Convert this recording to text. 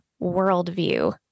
worldview